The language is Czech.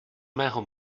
mého